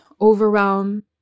overwhelm